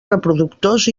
reproductors